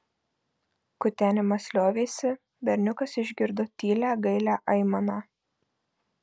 kutenimas liovėsi berniukas išgirdo tylią gailią aimaną